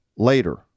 later